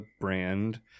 brand